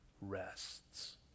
rests